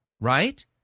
right